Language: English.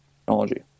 technology